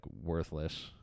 worthless